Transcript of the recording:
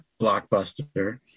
blockbuster